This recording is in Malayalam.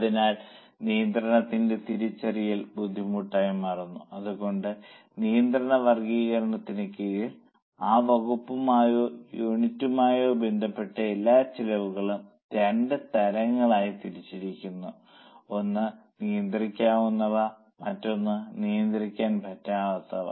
അതിനാൽ നിയന്ത്രണത്തിന്റെ തിരിച്ചറിയൽ ബുദ്ധിമുട്ടായി മാറുന്നു അതുകൊണ്ടാണ് നിയന്ത്രണ വർഗ്ഗീകരണത്തിന് കീഴിൽ ആ വകുപ്പുമായോ യൂണിറ്റുമായോ ബന്ധപ്പെട്ട എല്ലാ ചെലവുകളും രണ്ട് തരങ്ങളായി തിരിച്ചിരിക്കുന്നത് ഒന്ന് നിയന്ത്രിക്കാവുന്നവ മറ്റൊന്ന് നിയന്ത്രിക്കാൻ പറ്റാത്തവ